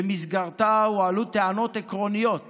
ובמסגרתה הועלו טענות עקרוניות